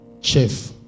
chef